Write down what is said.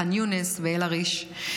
חאן יונס ואל-עריש.